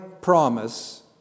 promise